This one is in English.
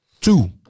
Two